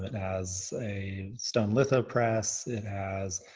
it has a star-litho press. it has